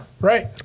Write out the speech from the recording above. right